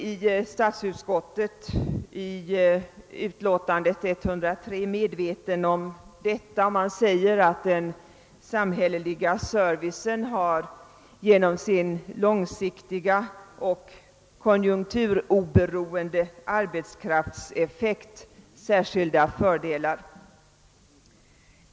I statsutskottet har man varit medveten om detta och skriver i utskottets utlåtande nr 103 att den samhälleliga servicen genom sin långsiktiga och konjunkturoberoende arbetskraftseffekt har särskilda fördelar.